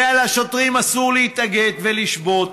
הרי לשוטרים אסור להתאגד ולשבות.